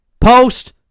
post